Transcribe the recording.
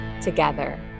together